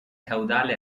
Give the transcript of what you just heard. caudale